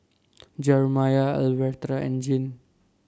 Jerimiah Alverta and Jean